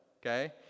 Okay